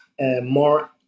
more